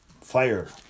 fire